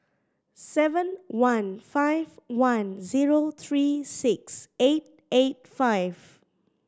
seven one five one zero three six eight eight five